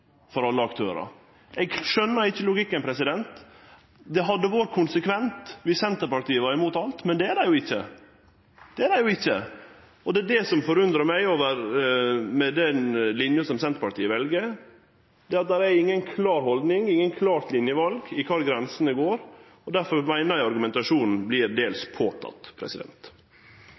for alle aktørar. Eg skjøner ikkje logikken. Det hadde vore konsekvent viss Senterpartiet var imot alt, men det er dei jo ikkje. Det er dei ikkje, og det er det som forundrar meg med den linja som Senterpartiet vel, det er inga klar haldning, ikkje noko klart linjeval i kvar grensene går, og difor meiner eg argumentasjonen vert dels